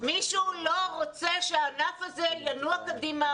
מישהו לא רוצה שהענף הזה ינוע קדימה.